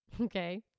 Okay